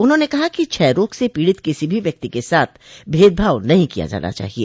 उन्होंने कहा कि क्षय रोग से पीड़ित किसी भी व्यक्ति के साथ भेदभाव नहीं किया जाना चाहिए